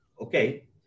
Okay